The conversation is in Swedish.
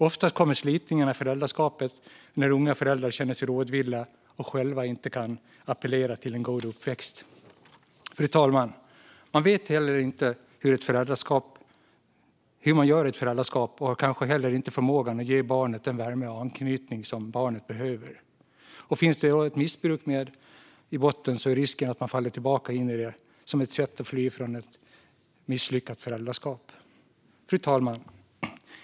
Oftast kommer slitningarna i föräldraskapet när unga föräldrar känner sig rådvilla och själva inte kan relatera till en god uppväxt. Man vet inte hur man gör i ett föräldraskap och har kanske inte heller förmågan att ge barnet den värme och anknytning som barnet behöver. Finns det då också ett missbruk med i botten är risken att man faller tillbaka in i det som ett sätt att fly från ett misslyckat föräldraskap. Fru talman!